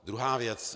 Druhá věc.